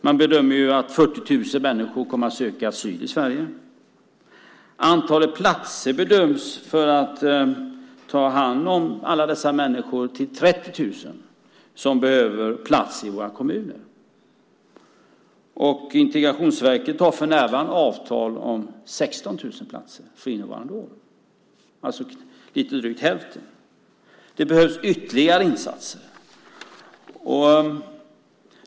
Man bedömer att 40 000 människor kommer att söka asyl i Sverige och att det behövs 30 000 platser i våra kommuner för att ta hand om alla dessa människor. Integrationsverket har för närvarande avtal om 16 000 platser för innevarande år, alltså lite drygt hälften. Det behövs ytterligare insatser.